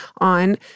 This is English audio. on